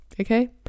okay